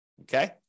okay